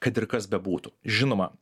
kad ir kas bebūtų žinoma